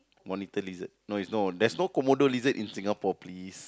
monitor lizard no it's no there's no Komodo lizard in Singapore please